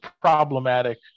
problematic